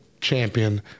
champion